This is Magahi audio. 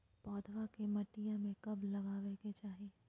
पौधवा के मटिया में कब लगाबे के चाही?